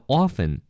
often